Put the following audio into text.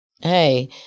hey